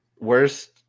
Worst